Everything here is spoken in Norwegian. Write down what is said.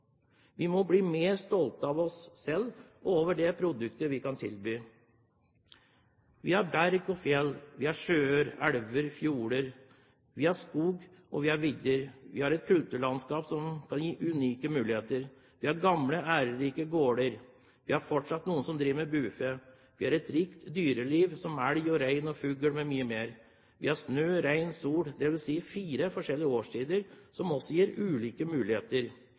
vi må bli mer stolte av oss selv og over det produktet vi kan tilby. Vi har berg og fjell. Vi har sjøer, elver og fjorder. Vi har skog, og vi har vidder. Vi har et kulturlandskap som kan gi unike muligheter. Vi har gamle, ærverdige gårder. Vi har fortsatt noen som driver med bufe. Vi har et rikt dyreliv som elg, rein og fugl, med mye mer. Vi har snø, regn og sol, dvs. fire forskjellige årstider, som også gir muligheter. Vi har muligheter